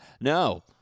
no